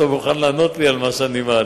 אני לא בטוח שאתה מוכן לענות לי על מה שאני מעלה.